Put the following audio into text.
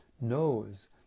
knows